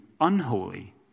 unholy